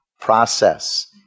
process